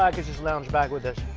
i can just lounge back with this.